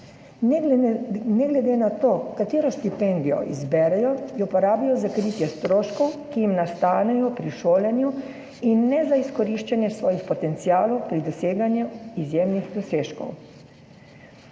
Ne glede na to, katero štipendijo izberejo, jo porabijo za kritje stroškov, ki jim nastanejo pri šolanju, in ne za izkoriščanje svojih potencialov pri doseganju izjemnih dosežkov.